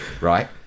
right